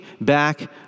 back